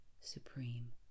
supreme